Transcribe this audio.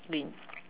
win